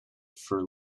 for